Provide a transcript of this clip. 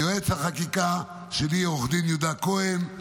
ליועץ החקיקה שלי עו"ד יהודה כהן.